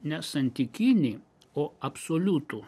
ne santykinį o absoliutų